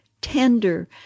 tender